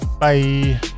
Bye